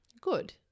Good